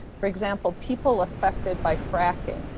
for example, people affected by fracking.